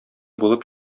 булып